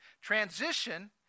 Transition